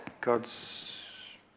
God's